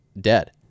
dead